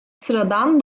sıradan